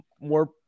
more